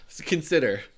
Consider